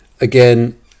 again